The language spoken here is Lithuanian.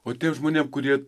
o tiem žmonėm kurie